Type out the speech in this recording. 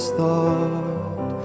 thought